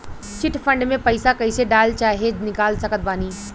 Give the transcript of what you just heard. Chit fund मे पईसा कईसे डाल चाहे निकाल सकत बानी?